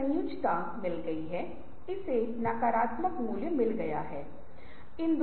इसलिए यह संगठन को लाभान्वित करने के साथ साथ आसपास के वातावरण में भी लाभान्वित करेगा जिसमें वे रहते हैं